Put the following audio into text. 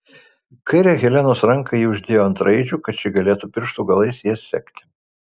kairę helenos ranką ji uždėjo ant raidžių kad ši galėtų pirštų galais jas sekti